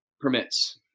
permits